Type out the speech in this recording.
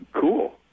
cool